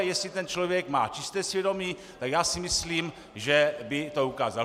Jestli ten člověk má čisté svědomí, tak já si myslím, že by to ukázal.